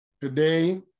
Today